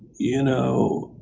you know,